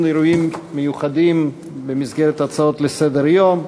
אירועים מיוחדים במסגרת הצעות לסדר-היום.